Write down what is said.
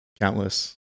countless